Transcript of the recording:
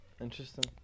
interesting